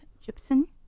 gypsum